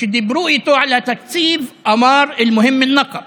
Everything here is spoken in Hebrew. כשדיברו איתו על התקציב, אמר: אל-מוהם אל-נקב,